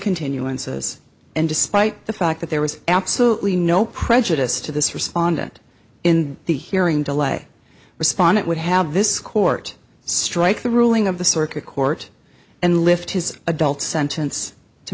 continuances and despite the fact that there was absolutely no prejudice to this respondent in the hearing delay respondent would have this court strike the ruling of the circuit court and lift his adult sentence to